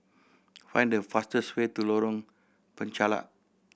find the fastest way to Lorong Penchalak